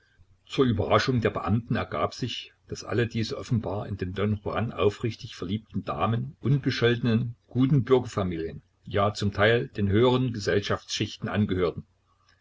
zur überraschung der beamten ergab sich daß alle diese offenbar in den don juan aufrichtig verliebten damen unbescholtenen guten bürgerfamilien ja zum teil den höheren gesellschaftsschichten angehörten